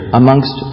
amongst